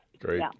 Great